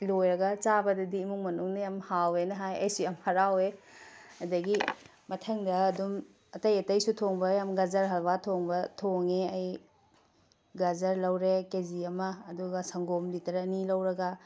ꯂꯣꯏꯔꯒ ꯆꯥꯕꯗꯗꯤ ꯏꯃꯨꯡ ꯃꯅꯨꯡꯅ ꯌꯥꯝ ꯍꯥꯎꯑꯦꯅ ꯍꯥꯏ ꯑꯩꯁꯨ ꯌꯥꯝ ꯍꯔꯥꯎꯋꯦ ꯑꯗꯒꯤ ꯃꯊꯪꯗ ꯑꯗꯨꯝ ꯑꯇꯩ ꯑꯇꯩꯁꯨ ꯊꯣꯡꯕ ꯌꯥꯝ ꯒꯥꯖꯔ ꯍꯜꯂꯨꯋꯥ ꯊꯣꯡꯕ ꯊꯣꯡꯉꯦ ꯑꯩ ꯒꯥꯖꯔ ꯂꯧꯔꯦ ꯀꯦ ꯖꯤ ꯑꯃ ꯑꯗꯨꯒ ꯁꯪꯒꯣꯝ ꯂꯤꯇꯔ ꯑꯅꯤ ꯂꯧꯔꯒ